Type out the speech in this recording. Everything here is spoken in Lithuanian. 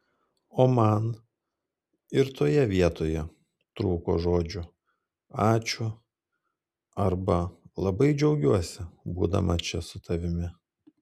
o man ir toje vietoje trūko žodžių ačiū arba labai džiaugiuosi būdama čia su tavimi